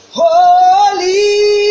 holy